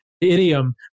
idiom